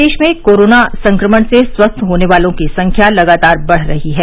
प्रदेश में कोरोना संक्रमण से स्वस्थ होने वालों की संख्या लगातार बढ़ रही है